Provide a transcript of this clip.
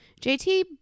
JT